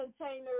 container